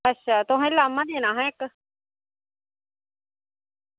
अच्छा तुसेंदगी लाह्मां देना हा इक्क